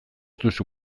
duzu